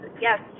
yes